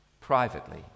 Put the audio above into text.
privately